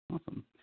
Awesome